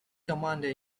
commander